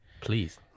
Please